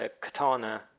katana